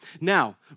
Now